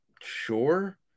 Sure